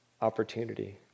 opportunity